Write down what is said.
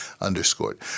underscored